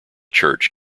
church